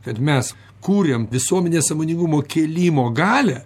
kad mes kūriam visuomenės sąmoningumo kėlimo galią